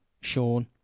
Sean